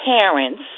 parents